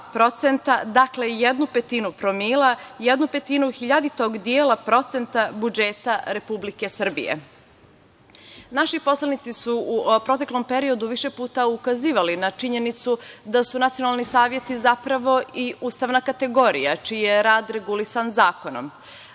dakle jednu petinu promila, jednu petinu hiljaditog dela procenta budžeta Republike Srbije. Naši poslanici su u proteklom periodu više puta ukazivali na činjenicu da su nacionalni saveti zapravo i ustavna kategorija, čiji je rad regulisan zakonom.